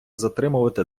затримувати